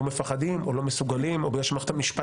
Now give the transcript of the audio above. או מפחדים או לא מסוגלים או בגלל שמערכת המשפט